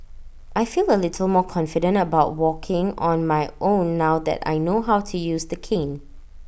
I feel A little more confident about walking on my own now that I know how to use the cane